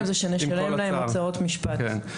עם כל הצער.